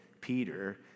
Peter